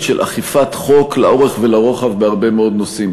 של אכיפת חוק לאורך ולרוחב בהרבה מאוד נושאים.